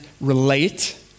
relate